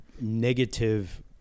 negative